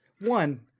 One